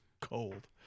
cold